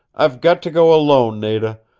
i've got to go alone, nada.